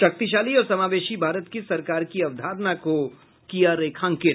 शक्तिशाली और समावेशी भारत की सरकार की अवधारणा को किया रेखांकित